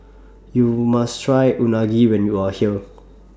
YOU must Try Unagi when YOU Are here